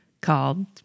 called